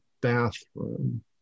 bathroom